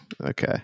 Okay